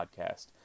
podcast